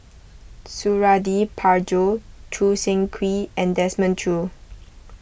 Suradi Parjo Choo Seng Quee and Desmond Choo